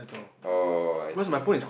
oh I see